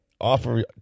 offer